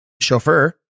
chauffeur